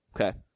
Okay